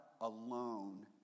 alone